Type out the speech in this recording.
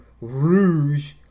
Rouge